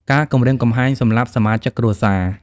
ការគំរាមកំហែងសម្លាប់សមាជិកគ្រួសារ។